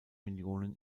millionen